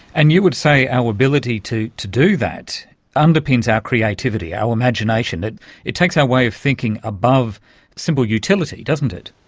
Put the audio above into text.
and you would say our ability to to do that underpins our creativity, our imagination. that it takes our way of thinking above simple utility, doesn't it.